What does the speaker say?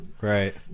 Right